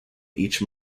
each